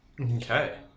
Okay